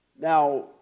Now